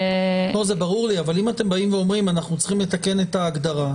זה ברור לי אבל אם אתם באים ואומרים שאנחנו צריכים לתקן את ההגדרה,